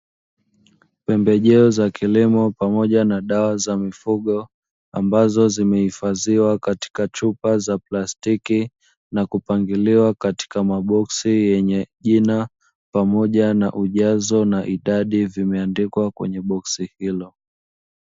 Pembejeo za kilimo pamoja na dawa za mifugo, ambazo zimehifadhiwa katika chupa za plastiki na kupangiliwa katika maboksi yenye jina, pamoja na ujazo na idadi vimeandikwa kwenye boksi hilo.